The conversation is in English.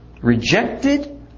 Rejected